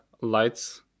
lights